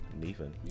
Nathan